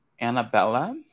Annabella